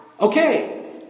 Okay